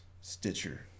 Stitcher